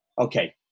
Okay